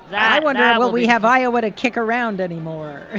i wonder, will we have iowa to kick around anymore?